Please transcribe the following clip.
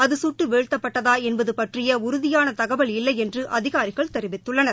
அது கட்டு வீழ்த்தப்பட்டதா என்பது பற்றிய உறுதியாக தகவல் இல்லை என்று அதிகாரிகள் தெரிவித்துள்ளனர்